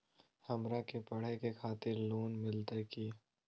हमरा के पढ़े के खातिर लोन मिलते की?